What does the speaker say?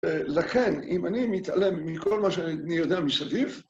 ולכן אם אני מתעלם מכל מה שאני יודע מסביב